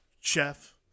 chef